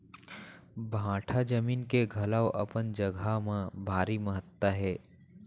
भाठा जमीन के घलौ अपन जघा म भारी महत्ता हे